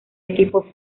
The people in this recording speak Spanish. equipo